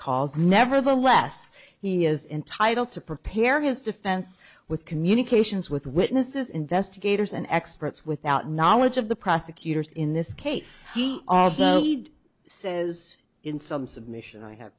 calls nevertheless he is entitled to prepare his defense with communications with witnesses investigators and experts without knowledge of the prosecutors in this case he says in some submission i have